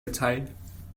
erteilen